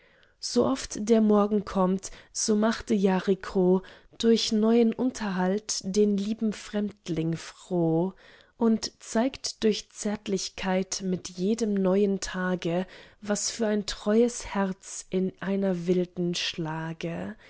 so lockicht waren sooft der morgen kömmt so machte yariko durch neuen unterhalt den lieben fremdling froh und zeigt durch zärtlichkeit mit jedem neuen tage was für ein treues herz in einer wilden schlage